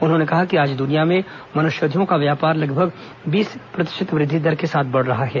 उन्होंने कहा कि आज दुनिया में वनौषधियों का व्यापार लगभग बीस प्रतिशत वृद्धि दर के साथ बढ़ रहा है